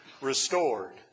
restored